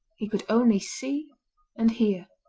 he could only see and hear.